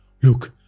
Look